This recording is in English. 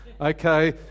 Okay